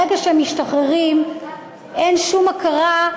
ברגע שהם משתחררים אין שום הכרה,